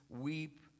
weep